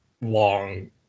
long